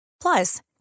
Plus